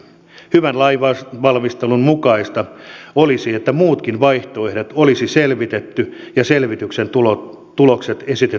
hyvän lainvalmistelun mukaista olisi että muutkin vaihtoehdot olisi selvitetty ja selvitysten tulokset esitetty kansanedustajille